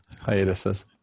hiatuses